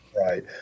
Right